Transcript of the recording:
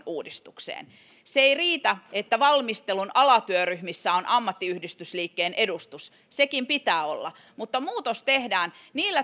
uudistukseen ei riitä että valmistelun alatyöryhmissä on ammattiyhdistysliikkeen edustus sekin pitää olla mutta muutos tehdään